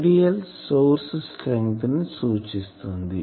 Idl source strength ని సూచిస్తుంది